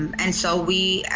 and so we,